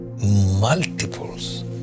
multiples